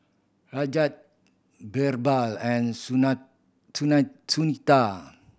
Rajat Birbal and Sunita